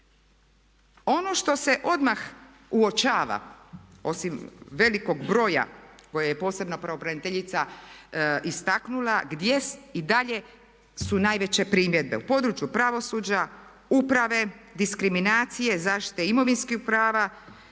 Ono što se odmah uočava, osim velikog broja koje je pravobraniteljica posebno istaknula gdje su i dalje su najveće primjedbe? U području pravosuđa, uprave, diskriminacije, zaštite imovinskih prava,